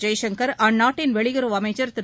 ஜெய்சங்கர் அந்நாட்டின் வெளியுறவு அமைச்சர் திரு